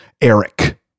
Eric